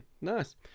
Nice